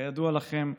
כידוע לכם,